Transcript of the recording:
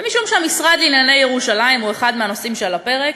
ומשום שהמשרד לענייני ירושלים הוא אחד מהנושאים שעל הפרק,